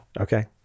okay